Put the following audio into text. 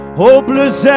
hopeless